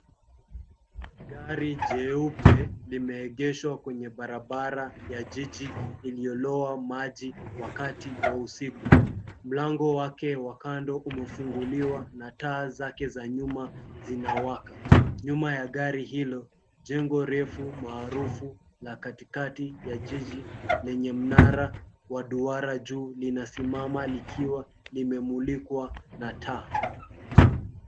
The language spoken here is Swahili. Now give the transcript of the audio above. Gari jeupe limeegeshwa kwenye barabara ya jiji iliyoloa maji wakati wa usiku. Mlango wake wa kando umefunguliwa na taa zake za nyuma zinawaka. Nyuma ya gari hilo, jengo refu maarufu la katikati ya jiji, lenye mnara wa duara juu linasimama likiwa limemulikwa na taa.